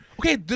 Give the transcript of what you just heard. Okay